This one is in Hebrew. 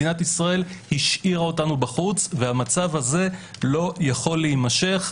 מדינת ישראל השאירה אותנו בחוץ והמצב הזה לא יכול להימשך.